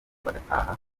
bagataha